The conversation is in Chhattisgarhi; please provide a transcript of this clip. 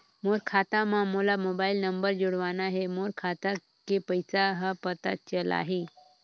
मोर खाता मां मोला मोबाइल नंबर जोड़वाना हे मोर खाता के पइसा ह पता चलाही?